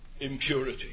impurity